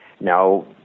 Now